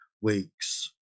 weeks